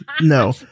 No